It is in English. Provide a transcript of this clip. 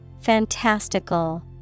fantastical